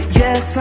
yes